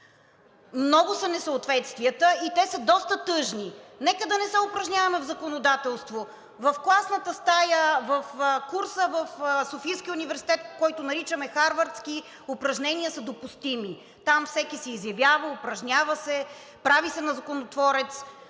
Много са несъответствията и те са доста тъжни. Нека да не се упражняваме в законодателство. В класната стая, в курса в Софийския университет, който наричаме Харвардски, упражнения са допустими. Там всеки се изявява, упражнява се, прави се на законотворец,